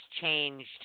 changed